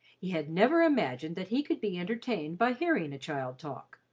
he had never imagined that he could be entertained by hearing a child talk,